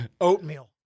Oatmeal